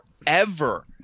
Forever